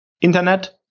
internet